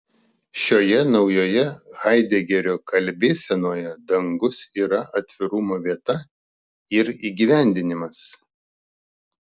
šioje naujoje haidegerio kalbėsenoje dangus yra atvirumo vieta ir įgyvendinimas